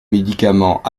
médicaments